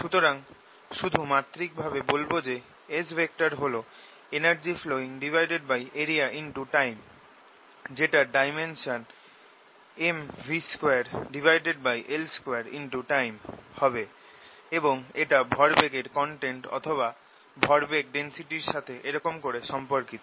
সুতরাং শুধু মাত্রিক ভাবে বলবো যে S হল energy flowingarea×time যেটার ডাইমেনশন Mv2L2time হবে এবং এটা ভরবেগের কনটেন্ট অথবা ভরবেগ ডেন্সিটির সাথে এরকম করে সম্পর্কিত